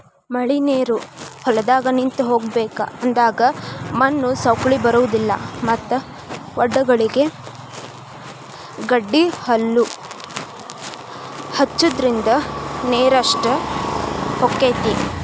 ಮಳಿನೇರು ಹೊಲದಾಗ ನಿಂತ ಹೋಗಬೇಕ ಅಂದಾಗ ಮಣ್ಣು ಸೌಕ್ಳಿ ಬರುದಿಲ್ಲಾ ಮತ್ತ ವಡ್ಡಗಳಿಗೆ ಗಡ್ಡಿಹಲ್ಲು ಹಚ್ಚುದ್ರಿಂದ ನೇರಷ್ಟ ಹೊಕೈತಿ